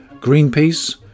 Greenpeace